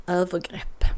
övergrepp